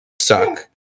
suck